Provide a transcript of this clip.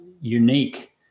unique